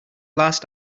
last